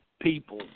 people